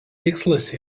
tikslas